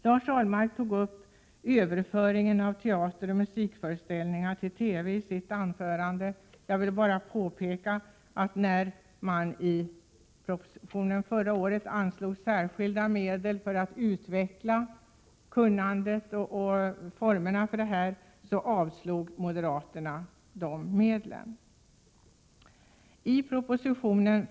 Lars Ahlmark tog i sitt anförande upp överföringen av teateroch musikföreställningar till TV. Jag vill bara påpeka att när man i propositionen förra året föreslog särskilda medel för att utveckla kunnandet och formerna härvidlag, så avstyrkte moderaterna det förslaget.